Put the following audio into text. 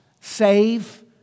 save